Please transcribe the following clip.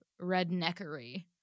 redneckery